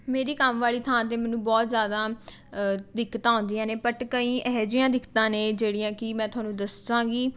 ਮੇਰੀ ਕੰਮ ਵਾਲੀ ਥਾਂ 'ਤੇ ਮੈਨੂੰ ਬਹੁਤ ਜ਼ਿਆਦਾ ਦਿੱਕਤਾਂ ਆਉਂਦੀਆਂ ਨੇ ਬਟ ਕਈ ਇਹ ਜਿਹੀਆਂ ਦਿੱਕਤਾਂ ਨੇ ਜਿਹੜੀਆਂ ਕਿ ਮੈ ਤੁਹਾਨੂੰ ਦੱਸਾਂਗੀ